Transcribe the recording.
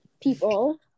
people